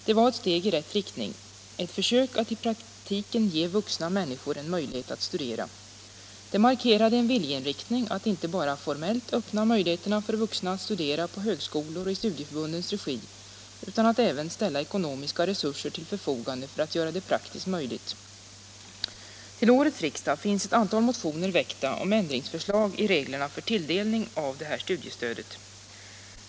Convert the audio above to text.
Det var ett steg i rätt riktning, ett försök att i praktiken ge vuxna en möjlighet att studera. Det markerade en viljeinriktning att inte bara formellt öppna möjligheterna för vuxna att studera på högskolor och i studieförbundens regi, utan även ställa ekonomiska resurser till förfogande för att göra detta praktiskt möjligt. Till årets riksmöte finns ett antal motioner väckta om ändring i reglerna för tilldelning av studiestöd.